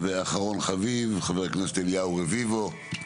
אחרון חביב חבר הכנסת אליהו רביבו.